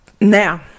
Now